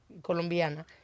colombiana